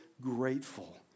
grateful